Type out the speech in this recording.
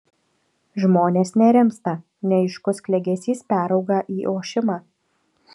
žmonės nerimsta neaiškus klegesys perauga į ošimą